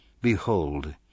Behold